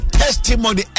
testimony